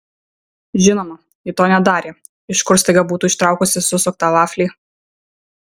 žinoma ji to nedarė iš kur staiga būtų ištraukusi susuktą vaflį